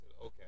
Okay